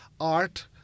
art